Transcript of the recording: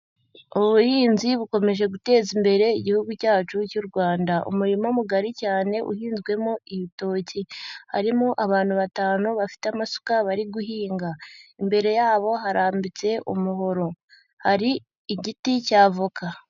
Ubuhinzi bukomeje guteza imbere igihugu cyacu cy'u Rwanda, umurima mugari cyane uhinzwemo ibitoki, harimo abantu batanu bafite amasuka bari guhinga, imbere yabo harambitse umuhoro, hari igiti cy'avoka.